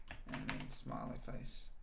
smiley face